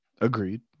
agreed